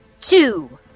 two